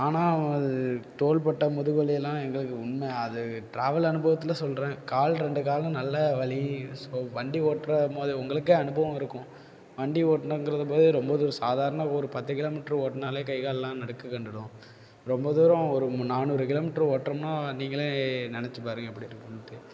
ஆனால் அது தோள்பட்டை முதுகு வலியெல்லாம் எங்களுக்கு உண்மை அது ட்ராவல் அனுபவத்தில் சொல்கிறேன் கால் ரெண்டு காலும் நல்லா வலி ஸோ வண்டி ஓட்டும்மோதே உங்களுக்கே அனுபவம் இருக்கும் வண்டி ஓட்டுனங்கிறதப்பையே ரொம்ப இது ஒரு சாதாரண ஒரு பத்து கிலோமீட்ரு ஓட்டினாலே கைகால்லாம் நடுக்கக்கண்டுடும் ரொம்ப தூரம் ஒரு நானூறு கிலோமீட்டர் ஓட்டுறோம்னா நீங்களே நெனைச்சி பாருங்க எப்படி இருக்குன்ட்டு